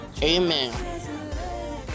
amen